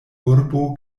urbo